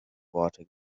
worte